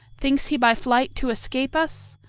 thinks he by flight to escape us?